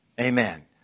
Amen